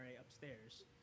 upstairs